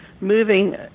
moving